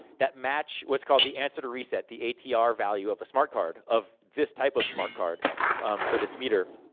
that match what's called the answer to reset, the atr value of a smart card, of this type of smart card for this meter.